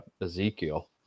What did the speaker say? Ezekiel